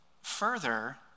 Further